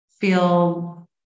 feel